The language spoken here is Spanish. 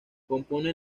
compone